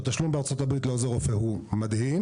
התשלום בארצות הברית לעוזר רופא הוא מדהים,